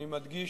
אני מדגיש: